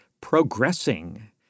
progressing